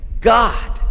God